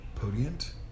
Podient